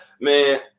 Man